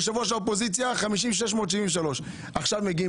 יושב-ראש האופוזיציה 56,673. עכשיו מגיעים